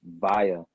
via